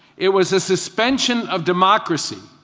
it was the suspension of democracy.